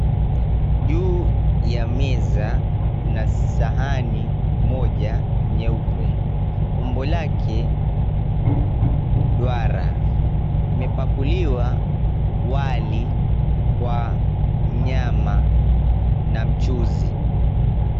juu ya meza mna sahani moja nyeupe, umbo lake duara, umepakuliwa wali wa nyama na mchuuzi.